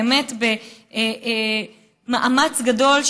באמת במאמץ גדול,